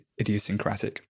idiosyncratic